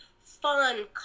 fun